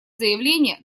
заявления